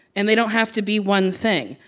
and they don't have to be one thing.